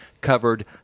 covered